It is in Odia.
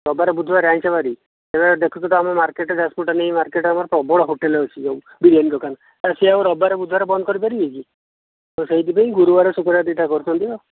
ରବିବାର ବୁଧବାର ଆଇଁଷ ବାରି ଦେଖୁଛ ତ ଆମ ମାର୍କେଟ ନେଇ ମାର୍କେଟ ପ୍ରବଳ ହୋଟେଲ ଅଛି ଯେଉଁ ବିରିୟାନୀ ଦୋକାନ ସେ ଆଉ ରବିବାର ବୁଧବାର ବନ୍ଦ କରିପାରିବେ କି ତ ସେଥିପାଇଁ ଗୁରୁବାର ଶୁକ୍ରବାର ଦୁଇଟା କରିଛନ୍ତି ଆଉ